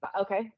Okay